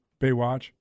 Baywatch